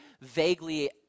vaguely